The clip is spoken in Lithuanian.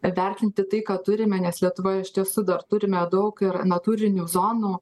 vertinti tai ką turime nes lietuvoj iš tiesų dar turime daug ir natūrinių zonų